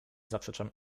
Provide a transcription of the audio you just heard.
zaprzeczam